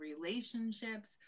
relationships